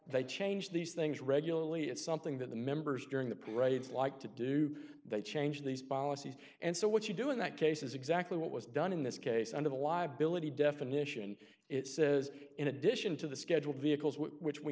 they change these things regularly it's something that the members during the parades like to do they change these policies and so what you do in that case is exactly what was done in this case under the liability definition it says in addition to the schedule vehicles which we